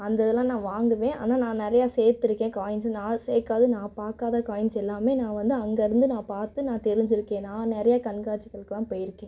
அந்த இதெலாம் நான் வாங்குவேன் ஆனால் நான் நிறையா சேர்த்துருக்கேன் காயின்ஸு நான் சேர்க்காத நான் பார்க்காத காயின்ஸ் எல்லாமே நான் வந்து அங்கிருந்து நான் பார்த்து நான் தெரிஞ்சுருக்கேன் நான் நிறையா கண்காட்சிகளுக்கெலாம் போயிருக்கேன்